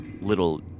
little